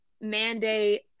mandate